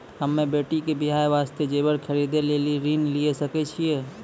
हम्मे बेटी के बियाह वास्ते जेबर खरीदे लेली ऋण लिये सकय छियै?